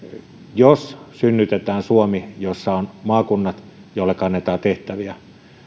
jos synnytetään suomi missä ovat maakunnat joille annetaan tehtäviä